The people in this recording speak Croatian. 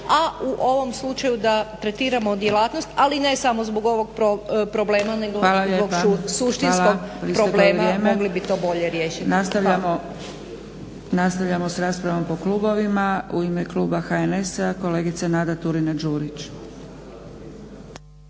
A u ovom slučaju da tretiramo djelatnost, ali ne samo zbog ovog problema nego zbog suštinskog problema mogli bi to bolje riješiti.